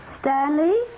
Stanley